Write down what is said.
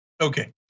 Okay